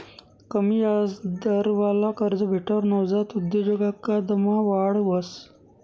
कमी याजदरवाला कर्ज भेटावर नवजात उद्योजकतामा वाढ व्हस